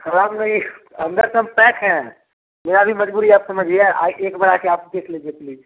खराब नहीं अंदर सब पैक हैं मेरा भी मजबूरी आप समझिए आ एक बार आकर आप देख लीजिए प्लीज